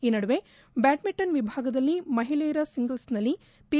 ಈ ನಡುವೆ ಬ್ಯಾಡ್ಮಿಂಟನ್ ವಿಭಾಗದಲ್ಲಿ ಮಹಿಳೆಯರ ಸಿಂಗಲ್ಸ್ನಲ್ಲಿ ಪಿ